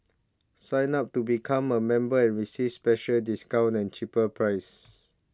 sign up to become a member and receive special discounts and cheaper prices